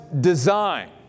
design